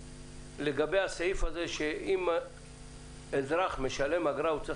לגבי הסעיף הזה שאם האזרח משלם אגרה הוא צריך